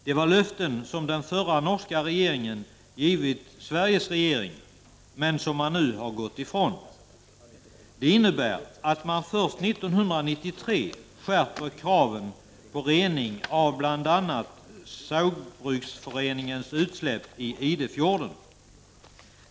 Det är löften som den förra norska regeringen givit den svenska regeringen men som man nu har gått ifrån. Det innebär att man först 1993 skärper kraven på rening av bl.a. Saugbruksforeningens utsläpp i Idefjorden.